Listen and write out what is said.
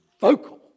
vocal